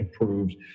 improved